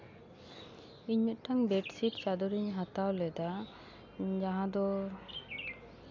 ᱤᱧ ᱢᱤᱫᱴᱟᱱ ᱵᱮᱰᱥᱤᱴ ᱪᱟᱫᱚᱨ ᱤᱧ ᱦᱟᱛᱟᱣ ᱞᱮᱫᱟ ᱡᱟᱦᱟᱸ ᱫᱚ